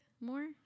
more